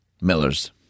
Miller's